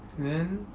then